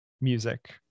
music